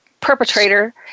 perpetrator